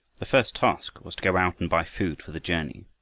the first task was to go out and buy food for the journey,